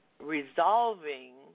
resolving